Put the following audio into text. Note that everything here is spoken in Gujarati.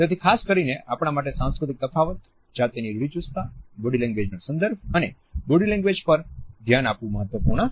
તેથી ખાસ કરીને આપણા માટે સાંસ્કૃતિક તફાવત જાતિ ની રૂઢિચુસ્તતા બોડી લેંગ્વેજનો સંદર્ભ અને બોડી લેંગ્વેજ પર ધ્યાન આપવું મહત્વપૂર્ણ છે